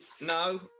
no